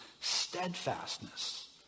steadfastness